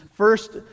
First